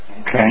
Okay